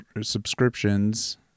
subscriptions